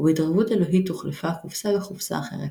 ובהתערבות אלוהית הוחלפה הקופסה בקופסה אחרת,